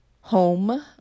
home